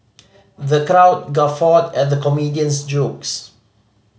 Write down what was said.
the crowd guffawed at the comedian's jokes